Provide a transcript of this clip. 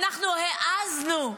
אנחנו העזנו,